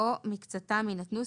או מקצתם, יינתנו".